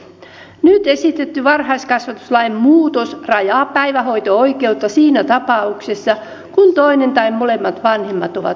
nyt esitetty varhaiskasvatuslain muutos rajaa päivähoito oikeutta siinä tapauksessa kun toinen tai molemmat vanhemmat ovat kotona